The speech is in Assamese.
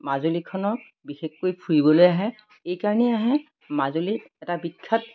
মাজুলীখনক বিশেষকৈ ফুৰিবলৈ আহে এইকাৰণেই আহে মাজুলীত এটা বিখ্যাত